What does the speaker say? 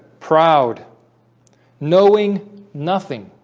proud knowing nothing,